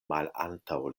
malantaŭ